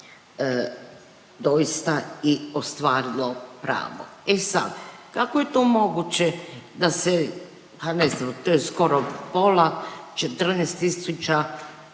doista i ostvarilo pravo. E sad, kako je to moguće da se, a ne znam to je skoro pola 14